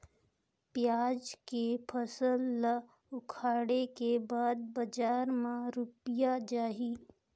पियाज के फसल ला उखाड़े के बाद बजार मा रुपिया जाही?